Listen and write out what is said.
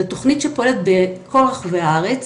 זאת תוכנית שפועלת בכל רחבי הארץ,